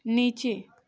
नीचे